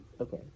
okay